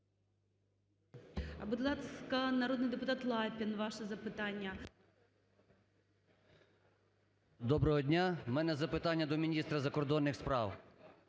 Доброго дня! У мене запитання до міністра закордонних справ.